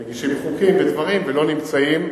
מגישים חוקים ודברים ולא נמצאים.